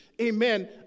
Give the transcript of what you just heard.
amen